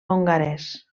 hongarès